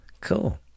Cool